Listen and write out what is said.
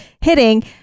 hitting